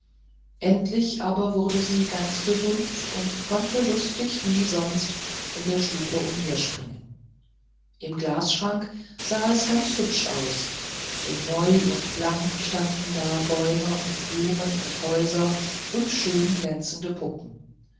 endlich aber wurde sie ganz gesund und konnte lustig wie sonst in der stube umherspringen im glasschrank sah es ganz hübsch aus denn neu und blank standen da bäume und blumen und häuser und schöne glänzende puppen